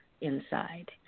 inside